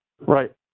right